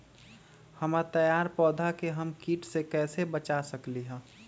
हमर तैयार पौधा के हम किट से कैसे बचा सकलि ह?